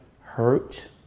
hurt